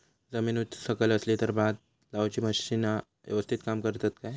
जमीन उच सकल असली तर भात लाऊची मशीना यवस्तीत काम करतत काय?